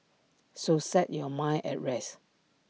so set your mind at rest